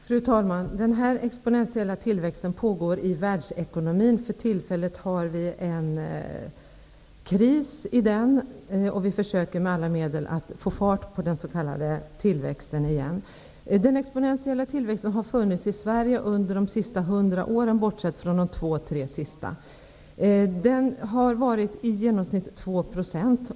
Fru talman! Den exponentiella tillväxten pågår i världsekonomin. För tillfället är det kris i denna tillväxt. Man försöker nu med alla medel att få fart på tillväxten igen. Den eponentiella tillväxten har funnits i Sverige under de hundra år som har gått, bortsett från de två tre senaste åren. Denna tillväxt har varit i genomsnitt 2 %.